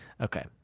Okay